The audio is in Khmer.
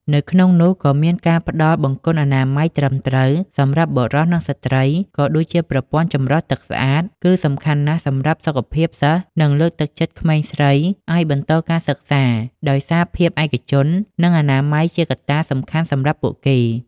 នៅក្នុងនោះក៏មានការផ្តល់បង្គន់អនាម័យត្រឹមត្រូវ សម្រាប់បុរស និងស្ត្រី ក៏ដូចជាប្រព័ន្ធចម្រោះទឹកស្អាត គឺសំខាន់ណាស់សម្រាប់សុខភាពសិស្ស និងលើកទឹកចិត្តក្មេងស្រីឱ្យបន្តការសិក្សា ដោយសារភាពឯកជន និងអនាម័យជាកត្តាសំខាន់សម្រាប់ពួកគេ។